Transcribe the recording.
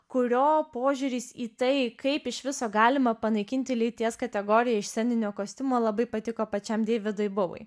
kurio požiūris į tai kaip iš viso galima panaikinti lyties kategoriją iš sceninio kostiumo labai patiko pačiam deividui bauvy